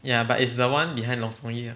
ya but it's the one behind nunsongyee lah